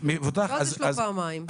ואז יש לו פעמיים.